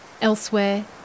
Elsewhere